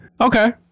Okay